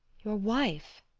your wife!